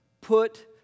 Put